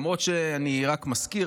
למרות שאני רק מזכיר,